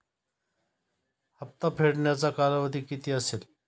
हप्ता फेडण्याचा कालावधी किती असेल?